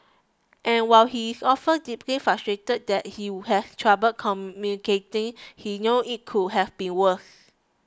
and while he is often deeply frustrated that he has trouble communicating he know it could have been worse